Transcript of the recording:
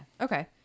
okay